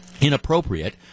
inappropriate